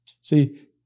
See